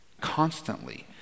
constantly